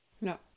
No